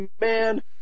man